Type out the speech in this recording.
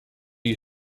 you